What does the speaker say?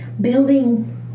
building